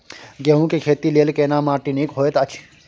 गेहूँ के खेती लेल केना माटी नीक होयत अछि?